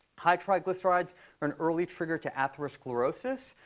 high triglycerides are an early trigger to atherosclerosis,